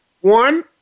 one